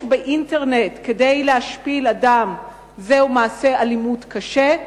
באינטרנט כדי להשפיל אדם הוא מעשה אלימות קשה.